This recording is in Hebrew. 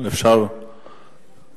יש לך